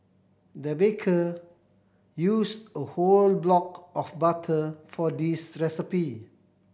the baker used a whole block of butter for this recipe